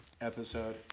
episode